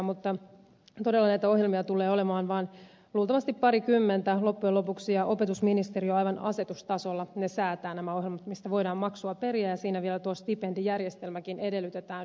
mutta todella näitä ohjelmia tulee olemaan vaan luultavasti parikymmentä loppujen lopuksi ja opetusministeriö aivan asetustasolla säätää nämä ohjelmat mistä voidaan maksua periä ja siinä vielä tuo stipendijärjestelmäkin edellytetään yliopistolta